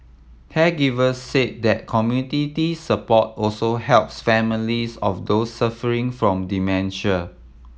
caregivers said that community support also helps families of those suffering from dementia